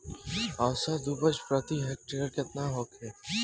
औसत उपज प्रति हेक्टेयर केतना होखे?